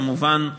כמובן,